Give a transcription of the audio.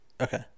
Okay